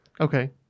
Okay